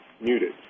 muted